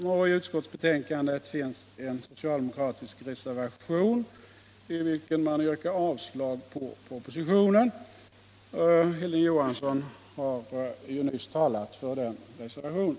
I ut Onsdagen den skottsbetänkandet finns en socialdemokratisk reservation i vilken man 1 december 1976 yrkar avslag på propositionen. Hilding Johansson i Trollhättan har nyss talat för den reservationen.